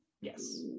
Yes